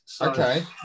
Okay